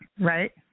right